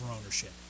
ownership